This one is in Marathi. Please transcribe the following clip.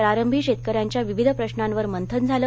प्रारंभी शेतकऱ्यांच्या विविध प्रशांवर मंथन झालं